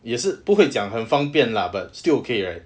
也是不会讲很方便 lah but still okay right